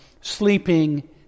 sleeping